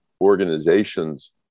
organizations